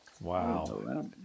Wow